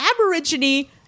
aborigine